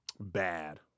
Bad